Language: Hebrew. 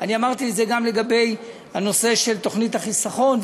אני אמרתי את זה גם לגבי הנושא של תוכנית החיסכון,